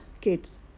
kids